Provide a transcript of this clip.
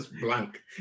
blank